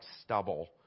stubble